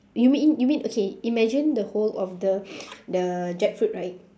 you mean you mean okay imagine the whole of the the jackfruit right